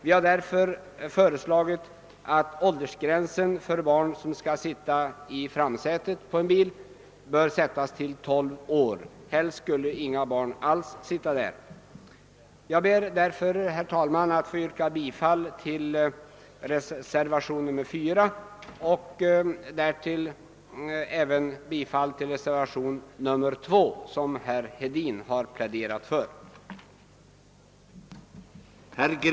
Vi har därför föreslagit att åldersgränsen för barn som färdas i framsätet på en bil skall sättas till tolv år; helst skulle inga barn alls sitta i framsätet. Herr talman! Jag ber att få yrka bifall till reservationen IV och även till reservationen II som herr Hedin pläderat för.